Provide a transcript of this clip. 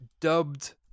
dubbed